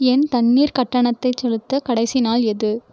என் தண்ணீர் கட்டணத்தைச் செலுத்த கடைசி நாள் எது